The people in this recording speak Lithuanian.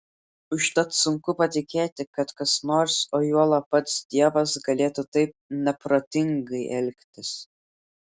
užtat sunku patikėti kad kas nors o juolab pats dievas galėtų taip neprotingai elgtis